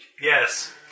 Yes